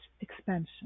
expansion